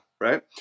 right